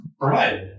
right